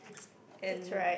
and